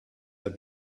der